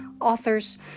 authors